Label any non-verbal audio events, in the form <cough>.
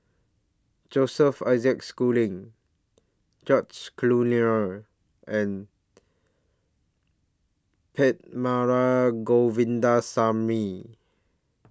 Joseph Isaac Schooling George Collyer and <unintelligible> Govindaswamy